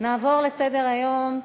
נעבור להצעות לסדר-היום: